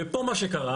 פה מה שקרה,